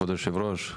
כבוד היושב ראש,